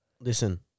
Listen